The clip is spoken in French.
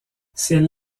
ces